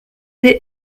des